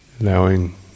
allowing